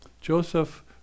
Joseph